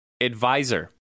Advisor